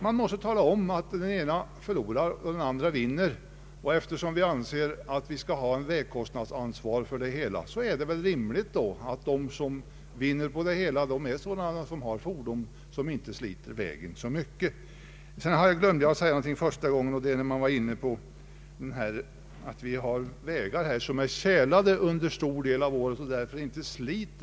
Man måste tala om att den ene förlorar och den andre vinner. Eftersom vi anser att vi skall ha ett vägkostnadsansvar för det hela, är det väl rimligt att de som vinner är de som har sådana fordon att de inte sliter vägarna så mycket. I mitt första anförande glömde jag ta upp detta om att vi här i landet har vägar som är tjälade under större delen av året och som man påstår därför inte slits.